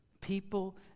people